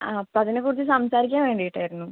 ആ അപ്പം അതിനേക്കുറിച്ച് സംസാരിക്കാൻ വേണ്ടീട്ടായിരുന്നു